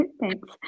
thanks